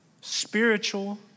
spiritual